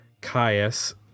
Caius